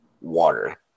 water